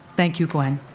thank you gwen.